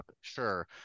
sure